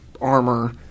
armor